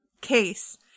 case